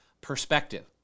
perspective